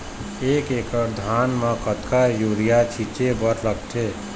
एक एकड़ धान म कतका यूरिया छींचे बर लगथे?